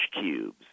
cubes